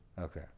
Okay